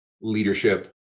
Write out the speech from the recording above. leadership